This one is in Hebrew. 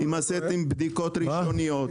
אם עשיתם בדיקות ראשוניות.